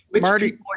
Marty